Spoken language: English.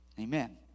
Amen